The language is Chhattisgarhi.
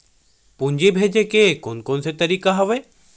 पूंजी भेजे के कोन कोन से तरीका हवय?